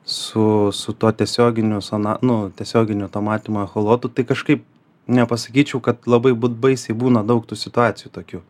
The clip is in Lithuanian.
su su tuo tiesioginiu sona nu tiesioginiu tuo matymo echalotu tai kažkaip nepasakyčiau kad labai būt baisiai būna daug tų situacijų tokių